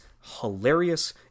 hilarious